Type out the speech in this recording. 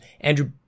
Andrew